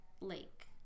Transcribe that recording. lake